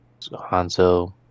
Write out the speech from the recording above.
Hanzo